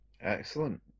Excellent